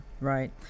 Right